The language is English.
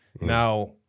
Now